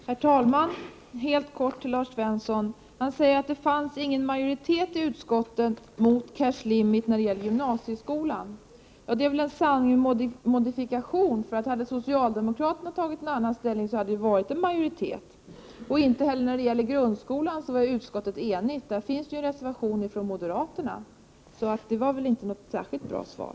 Herr talman! Jag skall mycket kortfattat vända mig till Lars Svensson. Han sade att det inte fanns någon majoritet i utskottet när det gäller cash limit i gymnasieskolan. Det är väl en sanning med modifikation. Om socialdemokraterna hade intagit en annan ståndpunkt, hade det ju funnits en majoritet. Utskottet var för övrigt inte heller enigt när det gällde grundskolan. Det fanns där en reservation från moderaterna. Detta var således inget särskilt bra svar.